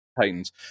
Titans